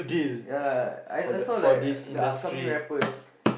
ya I I saw like the upcoming rappers